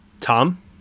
Tom